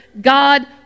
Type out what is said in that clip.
God